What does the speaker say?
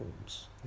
homes